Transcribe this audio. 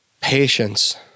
patience